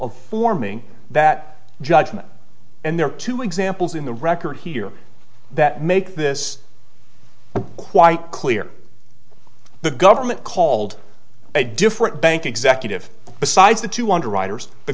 of forming that judgment and there are two examples in the record here that make this quite clear the government called a different bank executive besides the two underwriters the